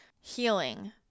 healing